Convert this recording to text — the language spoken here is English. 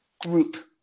group